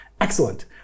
Excellent